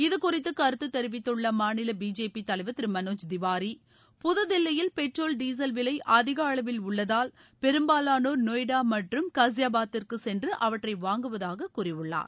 இது குறித்து கருத்து தெரிவித்துள்ள அம்மாநில பிஜேபி தலைவர் திரு மனோஜ் திவாரி புதுதில்லியில் பெட்ரோல் டீசல் விலை அதிக அளவில் உள்ளதால் பெரும்பாவானோர் நொய்டா மற்றும் காஸியாபாத்திற்கு சென்று அவற்றை வாங்குவதாக கூறியுள்ளார்